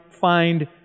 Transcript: find